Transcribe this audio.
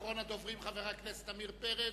אחרון הדוברים, חבר הכנסת עמיר פרץ,